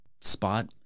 spot